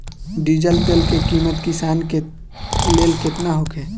Diesel तेल के किमत किसान के लेल केतना होखे?